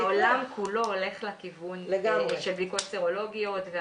העולם כולו הולך לכיוון של בדיקות סרולוגיות.